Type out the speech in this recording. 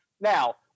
Now